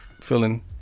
feeling